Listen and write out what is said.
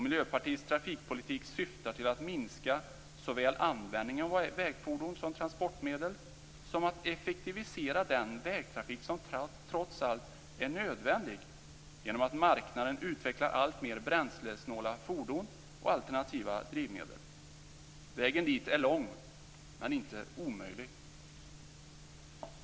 Miljöpartiets trafikpolitik syftar till att minska såväl användningen av vägfordon som transportmedel som att effektivisera den vägtrafik som trots allt är nödvändig genom att marknaden utvecklar alltmer bränslesnåla fordon och alternativa drivmedel. Vägen dit är lång, men inte omöjlig.